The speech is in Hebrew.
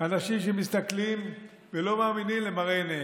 אנשים שמסתכלים ולא מאמינים למראה עיניהם.